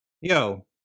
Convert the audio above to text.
Yo